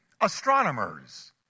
astronomers